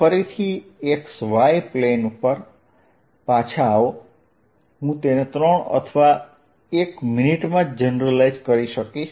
ફરીથી xy plane પર પાછા જાઓ હું તેને ત્રણ અથવા એક મિનિટમાં જનરલાઇઝ કરીશ